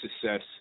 success